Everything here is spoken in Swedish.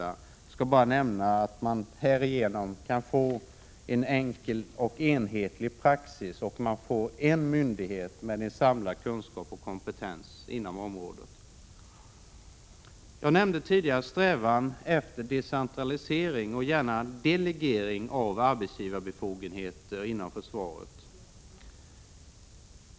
Jag skall bara nämna att man härigenom får en enkel och enhetlig praxis, och man får en myndighet med samlad kunskap och kompetens inom området. Jag nämnde tidigare strävan efter decentralisering och gärna delegering av arbetsgivarbefogenheter inom försvaret.